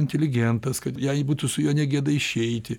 inteligentas kad jai būtų su juo ne gėda išeiti